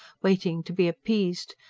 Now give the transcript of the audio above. waiting to be appeased.